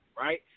right